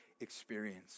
experience